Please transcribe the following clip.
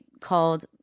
called